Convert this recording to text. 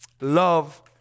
Love